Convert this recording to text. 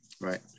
Right